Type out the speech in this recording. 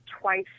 twice